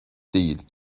değil